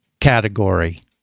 category